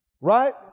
Right